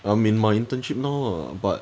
I'm in my internship now ah but